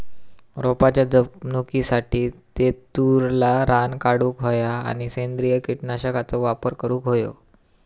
रोपाच्या जपणुकीसाठी तेतुरला रान काढूक होया आणि सेंद्रिय कीटकनाशकांचो वापर करुक होयो